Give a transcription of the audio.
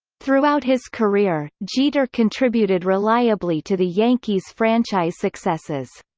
throughout his career, jeter contributed reliably to the yankees' franchise successes.